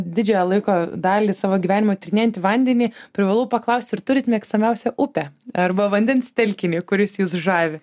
didžiąją laiko dalį savo gyvenimo tyrinėjantį vandenį privalau paklaust ar turit mėgstamiausią upę arba vandens telkinį kuris jus žavi